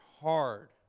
hard